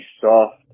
soft